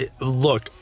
look